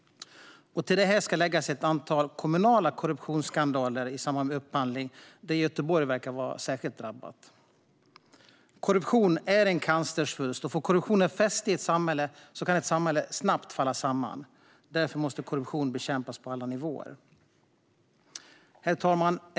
Till detta ska läggas ett antal kommunala korruptionsskandaler i samband med upphandling, där Göteborg verkar vara särskilt drabbat. Korruption är en cancersvulst, och får korruptionen fäste i ett samhälle kan ett samhälle snabbt falla samman. Därför måste korruption bekämpas på alla nivåer. Herr talman!